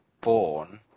born